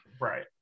Right